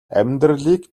амьдралыг